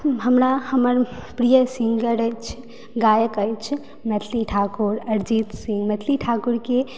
हमरा हमर प्रिय सिंगर अछि गायक अछि मैथिली ठाकुर अरजीत सिंह मैथिली ठाकुर के